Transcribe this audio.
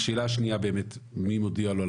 השאלה השנייה באמת מי מודיע לו על